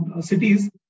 cities